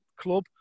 club